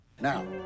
Now